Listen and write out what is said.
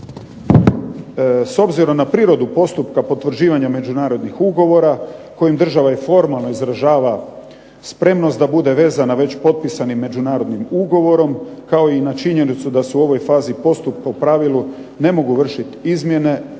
S obzirom na prirodu postupka potvrđivanja međunarodnih ugovora, kojim država i formalno izražava spremnost da bude vezana već potpisanim međunarodnim ugovorom, kao i na činjenicu da su u ovoj fazi postupka u pravilu ne mogu vršiti izmjene